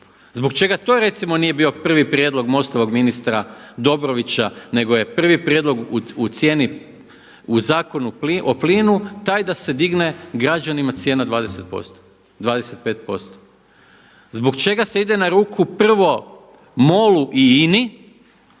Zbog čega to recimo nije bio prvi prijedlog MOST-ovog ministra Dobrovića, nego je prvi prijedlog u cijeni, u Zakonu o plinu taj da se digne građanima cijena 25%. Zbog čega se ide na ruku prvo MOL-u i INA-i